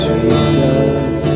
Jesus